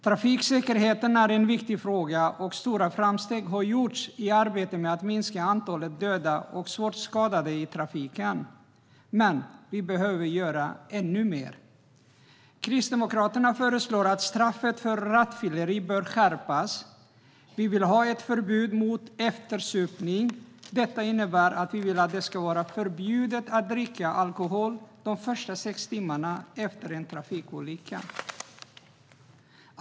Trafiksäkerheten är en viktig fråga, och stora framsteg har gjorts i arbetet med att minska antalet döda och svårt skadade i trafiken. Men vi behöver göra ännu mer. Kristdemokraterna föreslår att straffet för rattfylleri skärps. Vi vill ha ett förbud mot eftersupning. Detta innebär att vi vill att det ska vara förbjudet att dricka alkohol de första sex timmarna efter en trafikolycka.